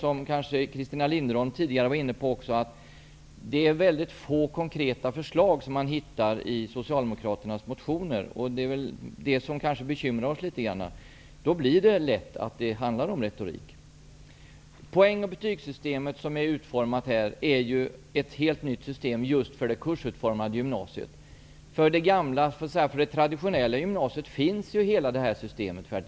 Också Christina Linderholm var tidigare inne på det faktum att man hittar väldigt få konkreta förslag i socialdemokraternas motioner. Det bekymrar oss litet grand. Då kommer det lätt att handla om retorik. Poäng och betygssystemet är ett helt nytt system som utformats just för det kursutformade gymnasiet. För det traditionella gymnasiet finns hela systemet redan.